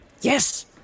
Yes